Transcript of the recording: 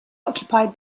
occupied